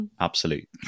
absolute